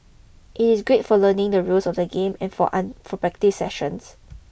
it is great for learning the rules of the game and for an for practice sessions